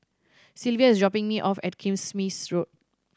Silvia is dropping me off at Kismis Road